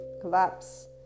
collapse